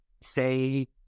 say